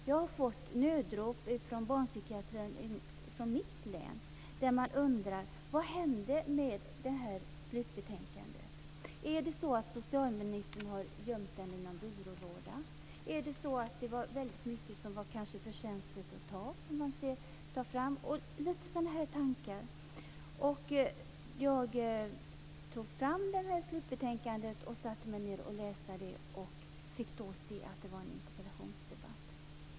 Jag har fått nödrop från barnpsykiatrin i mitt hemlän där man undrar vad som hände med slutbetänkandet. Är det så att socialministern har gömt det i någon byrålåda? Är det så att det var väldigt mycket som var för känsligt att ta fram? Jag tog fram slutbetänkandet och läste det och fick då se att det var en interpellationsdebatt.